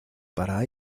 para